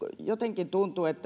jotenkin tuntuu että